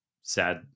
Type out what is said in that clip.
sad